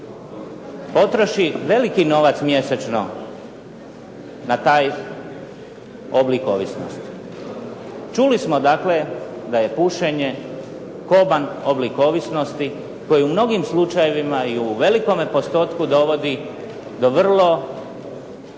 potroši veliki novac mjesečno na taj oblik ovisnosti. Čuli smo dakle da je pušenje koban oblik ovisnosti koji u mnogim slučajevima i u velikome postotku dovodi do vrlo